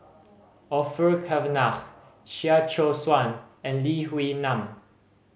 Orfeur Cavenagh Chia Choo Suan and Lee Wee Nam